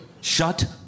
Shut